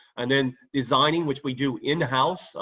and then designing, which we do in house.